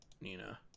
Nina